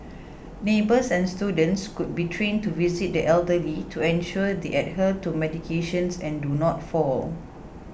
neighbours and students could be trained to visit the elderly to ensure they adhere to medication and do not fall